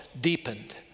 deepened